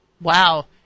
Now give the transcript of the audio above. Wow